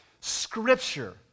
Scripture